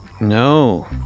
No